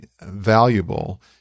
valuable